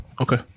Okay